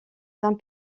saint